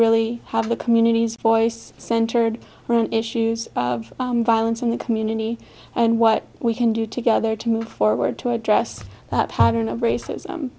really have the communities voice centered around issues of violence in the community and what we can do together to move forward to address that pattern of racism